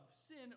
sin